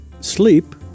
sleep